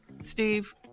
steve